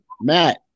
Matt